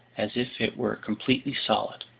as if it were completely solid.